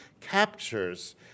captures